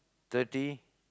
thirty